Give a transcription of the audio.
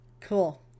Cool